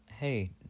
Hey